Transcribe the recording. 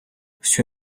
всю